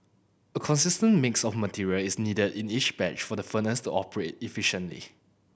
a consistent mix of materials is needed in each batch for the furnace to operate efficiently